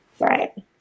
Right